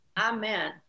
amen